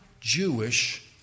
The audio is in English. Jewish